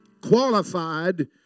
qualified